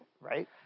right